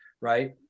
right